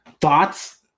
Thoughts